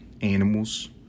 animals